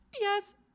Yes